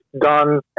done